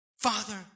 Father